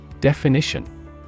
Definition